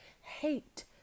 Hate